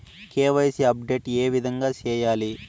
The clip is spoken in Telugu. కె.వై.సి అప్డేట్ ఏ విధంగా సేయాలి?